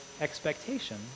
expectation